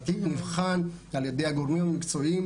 התיק נבחן על ידי הגורמים המקצועיים,